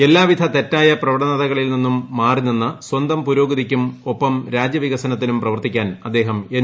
എല്ലാവിധ തെറ്റായ പ്രവണതകളിൽ നിന്നും മാറി നിന്ന് സ്വന്തം പുരോഗതിക്കും ഒപ്പം രാജ്യ വികസനത്തിനും പ്രവർത്തിക്കാൻ അദ്ദേഹം എൻ